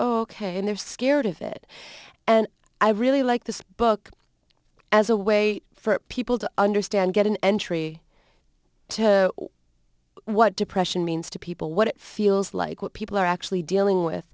ok and they're scared of it and i really like this book as a way for people to understand get an entry to what depression means to people what it feels like what people are actually dealing with